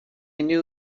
knew